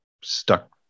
stuck